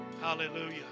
Hallelujah